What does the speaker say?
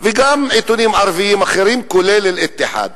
וגם עיתונים ערביים אחרים כולל "אל-אלתיחד".